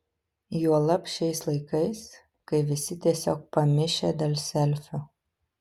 juolab šiais laikais kai visi tiesiog pamišę dėl selfių